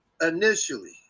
initially